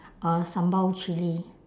uh sambal chilli